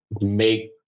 make